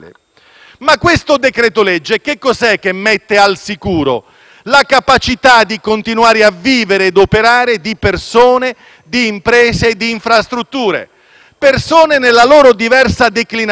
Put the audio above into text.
la capacità di continuare a vivere e operare di persone, imprese e infrastrutture; persone nella loro diversa declinazione: quando studiano, quando investono, quando si curano,